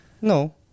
No